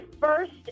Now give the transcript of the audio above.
first